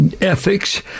ethics